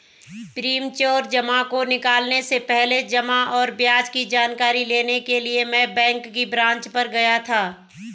premature जमा को निकलने से पहले जमा और ब्याज की जानकारी लेने के लिए मैं बैंक की ब्रांच पर गया था